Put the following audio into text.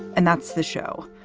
and that's the show.